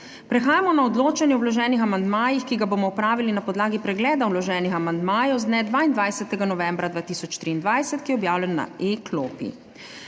Prehajamo na odločanje o vloženih amandmajih, ki ga bomo opravili na podlagi pregleda vloženih amandmajev z dne 22. novembra 2023, ki je objavljen na e-klopi.